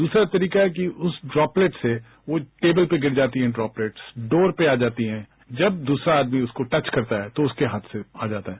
दूसरा तरीका है कि उस ड्रॉप्लेट से वो टेबल पर गिर जाती हैं ड्रॉप्लेट्सडोर पर आ जाती हैं जब दूसरा आदमी उसको टच करता है तो उसके हाथ से आ जाता है